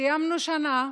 סיימנו שנה,